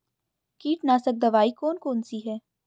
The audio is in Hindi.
कीटनाशक दवाई कौन कौन सी हैं?